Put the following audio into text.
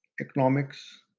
economics